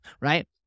right